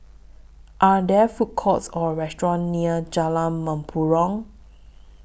Are There Food Courts Or restaurants near Jalan Mempurong